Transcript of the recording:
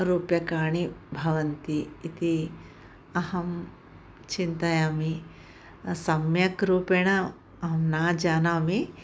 रूप्यकाणि भवन्ति इति अहं चिन्तयामि सम्यक् रूपेण अहं न जानामि